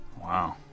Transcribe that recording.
Wow